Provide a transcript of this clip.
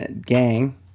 Gang